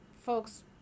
folks